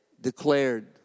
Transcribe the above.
declared